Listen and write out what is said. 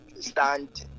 stand